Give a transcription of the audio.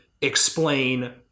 explain